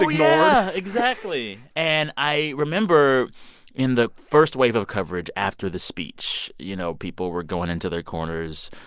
yeah, exactly. and i remember in the first wave of coverage after the speech, you know, people were going into their corners,